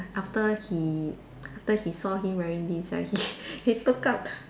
after he after he saw him wearing this right he he took out